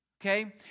okay